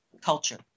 culture